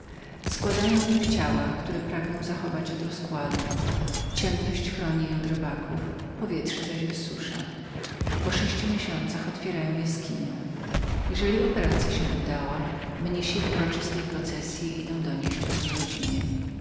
składają w nich te ciała które pragną zachować od zniszczenia ciemność chroni je od robaków powietrze zaś wysusza po sześciu miesiącach otwierają jaskinię jeżeli operacya się udała mnichy w uroczystej processyi idą donieść o tem rodzinie